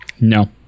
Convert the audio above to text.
no